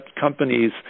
companies